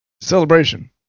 Celebration